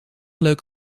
leuk